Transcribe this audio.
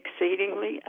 exceedingly